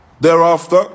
Thereafter